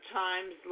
times